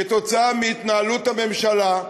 כתוצאה מהתנהלות הממשלה,